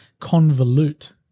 convolute